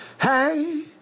hey